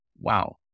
Wow